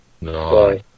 No